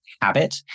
habit